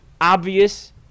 obvious